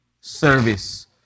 service